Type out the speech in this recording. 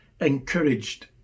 encouraged